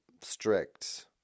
strict